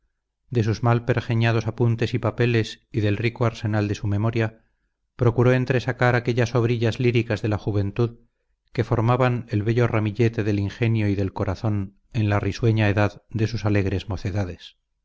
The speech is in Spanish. de sus mal pergeñados apuntes y papeles y del rico arsenal de su memoria procuró entresacar aquellas obrillas líricas de la juventud que formaban el bello ramillete del ingenio y del corazón en la risueña edad de sus alegres mocedades